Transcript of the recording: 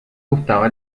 gustaba